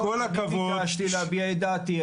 אני ביקשתי להביע את דעתי.